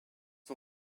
son